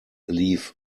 leave